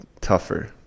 tougher